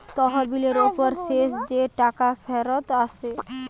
তহবিলের উপর শেষ যে টাকা ফিরত আসে